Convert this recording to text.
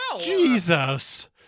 Jesus